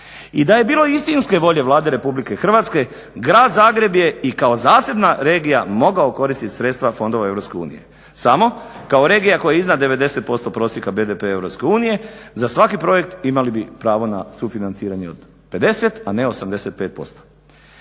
I da je bilo istinske volje Vlade Republike Hrvatske Grad Zagreb je i kao zasebna regija mogao koristiti sredstva fondova Europske unije samo regija koja iznad 90% prosjeka BDP-a EU. Za svaki projekt imali bi pravo na sufinanciranje od 50, a ne 86%